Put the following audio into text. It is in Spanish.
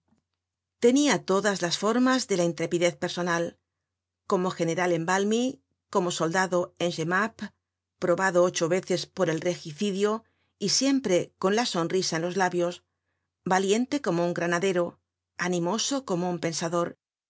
tenia todas las formas de la intrepidez personal como general en valmy como soldado en jemmapes probado ocho veces por el regicidio y siempre con la sonrisa en los labios valiente como un granadero animoso como un pensador